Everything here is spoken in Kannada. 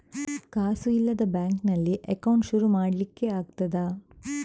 ಕಾಸು ಇಲ್ಲದ ಬ್ಯಾಂಕ್ ನಲ್ಲಿ ಅಕೌಂಟ್ ಶುರು ಮಾಡ್ಲಿಕ್ಕೆ ಆಗ್ತದಾ?